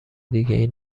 دیگهای